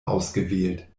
ausgewählt